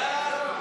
סעיף